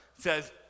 says